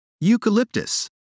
Eucalyptus